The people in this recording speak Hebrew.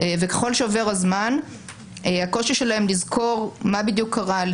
וככל שעובר הזמן הקושי שלהם לזכור מה בדיוק קרה,